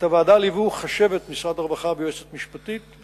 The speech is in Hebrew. את הוועדה ליוו חשבת משרד הרווחה ויועצת משפטית.